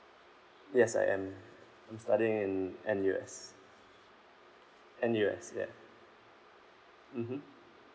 yes I am I'm studying in N_U_S N_U_S yup mmhmm